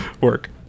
Work